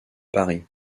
paris